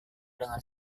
dengan